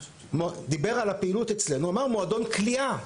דיבר על הפעילות אצלנו ואמר מועדון קליעה,